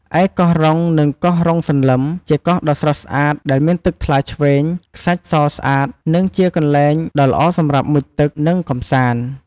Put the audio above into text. ឯកោះរុង និងកោះរុងសន្លឹម ជាកោះដ៏ស្រស់ស្អាតដែលមានទឹកថ្លាឆ្វេង ខ្សាច់សស្អាត និងជាកន្លែងដ៏ល្អសម្រាប់មុជទឹក និងកម្សាន្ត។